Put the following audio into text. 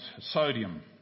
sodium